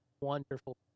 wonderful